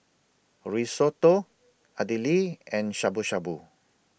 Risotto Idili and Shabu Shabu